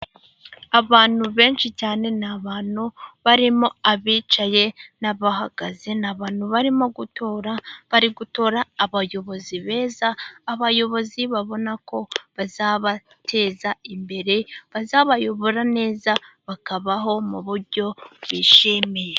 Abantu benshi cyane, ni abantu barimo abicaye n'abahagaze, n'abantu barimo gutora, bari gutora abayobozi beza, abayobozi babona ko bazabateza imbere, bazabayobora neza bakabaho mu buryo bishimiye.